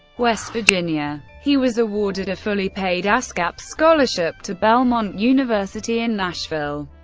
west virginia. he was awarded a fully paid ascap scholarship to belmont university in nashville,